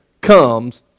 comes